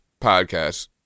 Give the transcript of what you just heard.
podcast